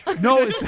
No